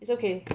it's okay